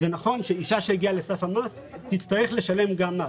זה נכון שאישה שהגיעה לסף המס תצטרך לשלם גם מס.